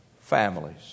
families